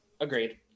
Agreed